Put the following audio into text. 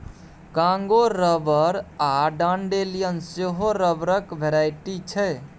Congo rubber आ dandelion सेहो रबरक भेराइटी छै